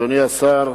אדוני השר,